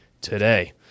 today